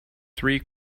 three